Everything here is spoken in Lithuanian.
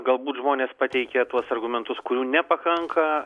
galbūt žmonės pateikė tuos argumentus kurių nepakanka